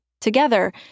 Together